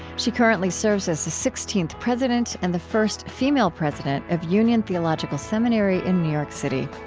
she currently serves as the sixteenth president and the first female president of union theological seminary in new york city.